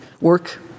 work